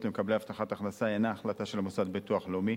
למקבלי הבטחת הכנסה אינה החלטה של המוסד לביטוח לאומי,